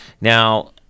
Now